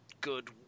good